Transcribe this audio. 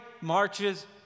marches